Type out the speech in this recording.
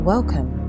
Welcome